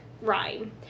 Rhyme